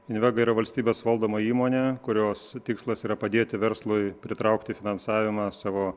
invega yra valstybės valdoma įmonė kurios tikslas yra padėti verslui pritraukti finansavimą savo